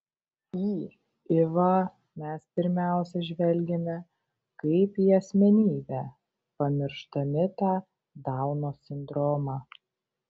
į ivą mes pirmiausia žvelgiame kaip į asmenybę pamiršdami tą dauno sindromą